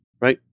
Right